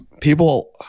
people